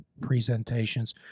presentations